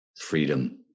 Freedom